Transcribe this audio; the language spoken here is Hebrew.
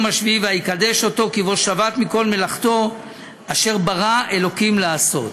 השביעי ויקדש אֹתו כי בו שבת מכל מלאכתו אשר ברא ה' לעשות".